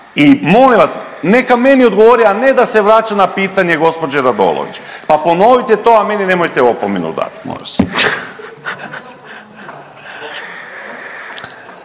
i molim vas, neka meni odgovori, a ne da se vraća na pitanje gđe. Radolović, pa ponovite to, a meni nemojte opomenu dat,